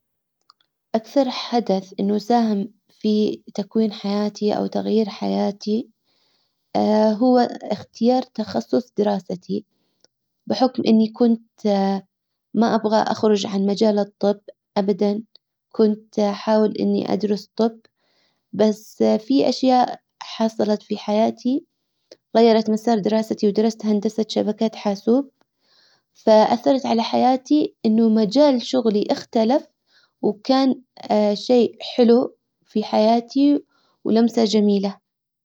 اكثر حدث إنه ساهم في تكوين حياتي أو تغيير حياتي هو اختيار تخصص دراستي بحكم اني كنت ما ابغى اخرج عن مجال الطب ابدا كنت احاول اني ادرس طب بس فى أشياء حصلت فى حياتى غيرت مسار دراستى ودراسة هندسة شبكات حاسوب فأثرت على حياتى أن مجال شغلي اختلف وكان شئ حلو فى حياتى ولمسة جميلة.